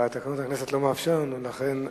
אבל תקנון הכנסת לא מאפשר לנו, ולכן,